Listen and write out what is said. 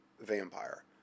Vampire